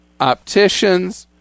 opticians